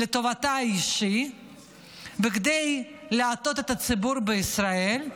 לטובתה האישית וכדי להטעות את הציבור בישראל.